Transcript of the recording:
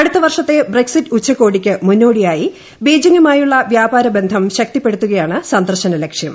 അടുത്ത വർഷത്തെ ബ്രക്സിറ്റ് ഉച്ചകോടിയ്ക്ക് മുന്നോടിയായി ബീജിംഗുമായുള്ള വ്യാപാര ബന്ധം ശക്തിപ്പെടുത്തുകയാണ് സന്ദർശന ലക്ഷ്യം